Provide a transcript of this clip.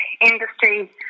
industry